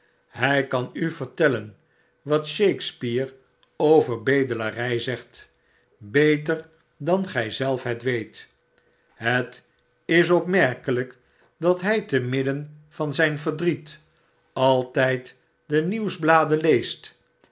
hy kan u vertellen wat shakespeare over bedelarij zegt beter dan gy zejf het weet het is tfpmerkelijk dat hy te midden van zyn verdriet altyd de nieuwsbladen leest